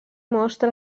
mostra